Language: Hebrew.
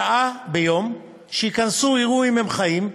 שעה ביום, שייכנסו, יראו אם הם חיים.